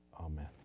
Amen